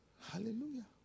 Hallelujah